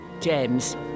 James